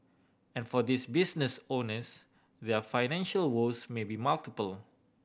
and for these business owners their financial woes may be multiple